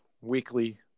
weekly